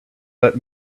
let